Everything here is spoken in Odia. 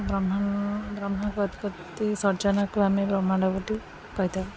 ବ୍ରହ୍ମା ବ୍ରହ୍ମାଙ୍କ ଉତ୍ପତ୍ତି ସର୍ଜନାକୁ ଆମେ ବ୍ରହ୍ମାଣ୍ଡ ବୋଲି କହିଥାଉ